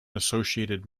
associated